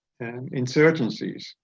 insurgencies